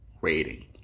rating